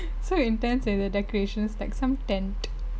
so intense leh the decorations like some tent